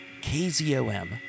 KZOM